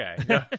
Okay